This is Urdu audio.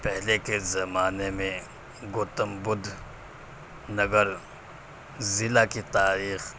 پہلے کے زمانے میں گوتم بدھ نگر ضلع کی تاریخ